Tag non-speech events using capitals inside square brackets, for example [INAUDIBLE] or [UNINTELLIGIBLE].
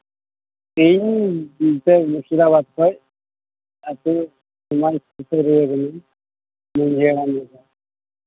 ᱤᱧ ᱫᱚ ᱢᱩᱨᱥᱤᱫᱟᱵᱟᱫᱽ ᱠᱷᱚᱱ ᱟᱹᱛᱳ ᱥᱚᱢᱟᱡᱽ ᱥᱩᱥᱟᱹᱨᱤᱭᱟᱹ ᱠᱟᱹᱱᱟᱹᱧ [UNINTELLIGIBLE]